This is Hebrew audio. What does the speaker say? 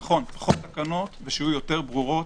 נכון, פחות תקנות ושיהיו יותר ברורות.